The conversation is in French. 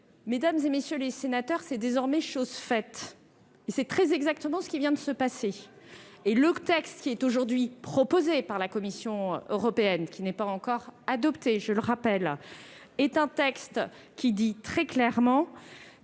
Mesdames, messieurs les sénateurs, c'est désormais chose faite ! C'est très exactement ce qui vient de se passer, car le texte aujourd'hui proposé par la Commission européenne- il n'est pas encore adopté, je le rappelle -précise très clairement